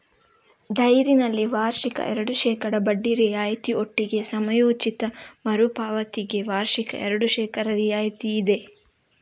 ಡೈರಿನಲ್ಲಿ ವಾರ್ಷಿಕ ಎರಡು ಶೇಕಡಾ ಬಡ್ಡಿ ರಿಯಾಯಿತಿ ಒಟ್ಟಿಗೆ ಸಮಯೋಚಿತ ಮರು ಪಾವತಿಗೆ ವಾರ್ಷಿಕ ಎರಡು ಶೇಕಡಾ ರಿಯಾಯಿತಿ ಇದೆ